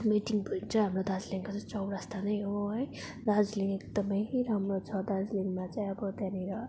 meeting point चाहिँ हाम्रो दार्जिलिङको चाहिँ चौरस्ता नै हो है दार्जिलिङ एकदमै राम्रो छ दार्जिलिङमा चाहिँ अब त्यहाँनिर